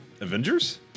Avengers